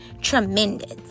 tremendous